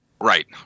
Right